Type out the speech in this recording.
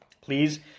please